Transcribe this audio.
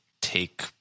take